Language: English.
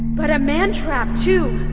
but a man trap, too,